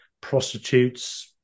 prostitutes